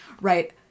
Right